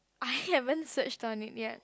I haven't search on it yet